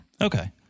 Okay